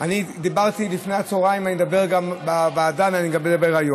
דיברתי לפני הצוהריים בוועדה, ואני אדבר גם עכשיו: